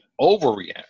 overreact